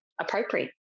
appropriate